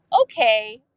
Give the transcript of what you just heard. okay